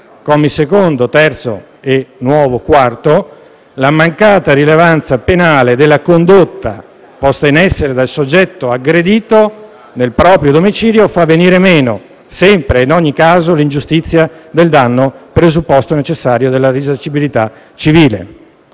commi 2, 3 e nuovo 4, la mancata rilevanza penale della condotta posta in essere dal soggetto aggredito nel proprio domicilio fa venire meno, sempre e in ogni caso, l'ingiustizia del danno, presupposto necessario della risarcibilità civile.